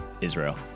Israel